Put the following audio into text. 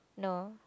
no